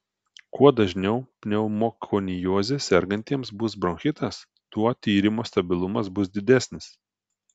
kuo dažniau pneumokonioze sergantiesiems bus bronchitas tuo tyrimo stabilumas bus didesnis